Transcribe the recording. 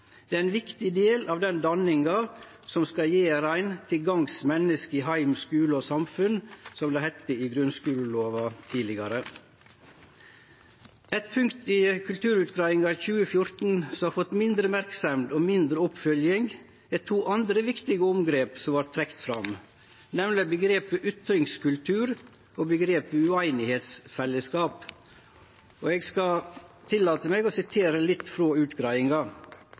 Det er ein viktig del av den danninga som skal gjere ein til gagns menneske i heim, skule og samfunn, som det heitte i grunnskulelova tidlegare. Eit punkt i Kulturutgreiinga 2014 som har fått mindre merksemd og mindre oppfølging, er to andre viktige omgrep som vart trekte fram, nemleg ytringskultur og ueinigheitsfellesskap. Eg skal tillate meg å sitere litt frå utgreiinga: